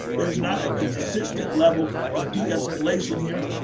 there is not a consistent level of de-escalation here,